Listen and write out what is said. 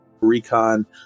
recon